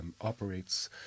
operates